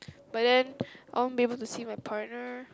but then I won't be able to see my partner